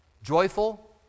Joyful